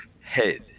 head